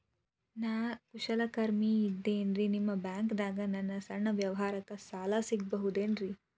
ನಾ ಕುಶಲಕರ್ಮಿ ಇದ್ದೇನ್ರಿ ನಿಮ್ಮ ಬ್ಯಾಂಕ್ ದಾಗ ನನ್ನ ಸಣ್ಣ ವ್ಯವಹಾರಕ್ಕ ಸಾಲ ಸಿಗಬಹುದೇನ್ರಿ?